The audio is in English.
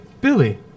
Billy